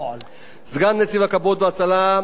סגן נציב הכבאות וההצלה,